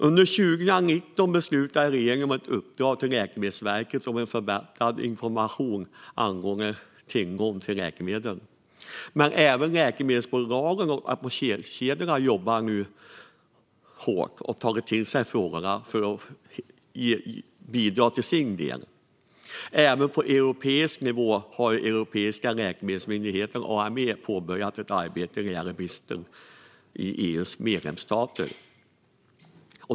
Under 2019 beslutade regeringen om ett uppdrag till Läkemedelsverket om förbättrad information angående nationell tillgång till läkemedel. Men även läkemedelsbolagen och apotekskedjorna jobbar nu hårt och har tagit till sig frågorna för att bidra med sin del. Även på EU-nivå har den europeiska läkemedelsmyndigheten EMA påbörjat ett arbete när det gäller läkemedelsbristen i EU:s medlemsstater.